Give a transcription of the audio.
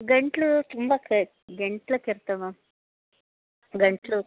ಗಂಟಲು ತುಂಬ ಕ್ ಗಂಟ್ಲ ಕೆರೆತ ಮ್ಯಾಮ್ ಗಂಟಲು